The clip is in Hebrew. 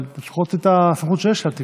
אבל לפחות את הסמכות שיש אל תיקח.